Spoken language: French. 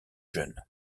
jeune